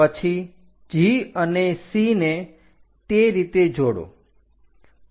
પછી G અને C ને તે રીતે જોડો